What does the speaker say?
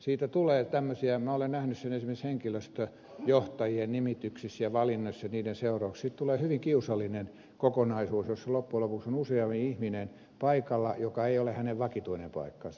siitä tulee olen nähnyt sen esimerkiksi henkilöstöjohtajien valinnoissa ja nimityksissä ja niiden seurauksissa hyvin kiusallinen kokonaisuus jossa loppujen lopuksi on useampi ihminen paikassa joka ei ole hänen vakituinen paikkansa